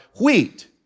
wheat